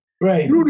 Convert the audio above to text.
right